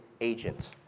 agent